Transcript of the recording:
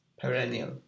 Perennial